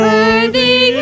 Worthy